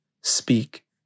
Speak